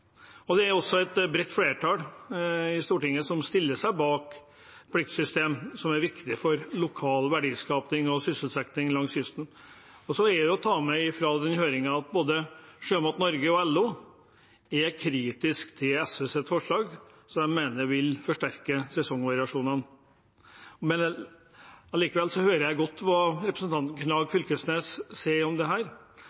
er også et bredt flertall i Stortinget som stiller seg bak pliktsystemet, som er viktig for lokal verdiskaping og sysselsetting langs kysten. Og så er det det å ta med fra høringen, at både Sjømat Norge og LO er kritisk til SVs forslag, som de mener vil forsterke sesongvariasjonene. Likevel hører jeg godt hva representanten Knag